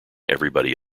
everybody